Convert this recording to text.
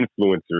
influencers